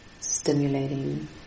stimulating